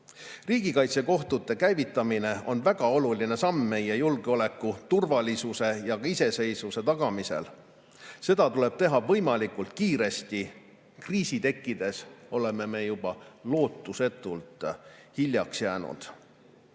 Riigikaitsekohtu käivitamine on väga oluline samm meie julgeoleku, turvalisuse ja ka iseseisvuse tagamisel. Seda tuleb teha võimalikult kiiresti. Kriisi tekkides oleme juba lootusetult hiljaks jäänud.